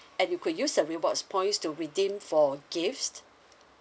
and you could use the rewards points to redeem for gift